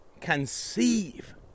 conceive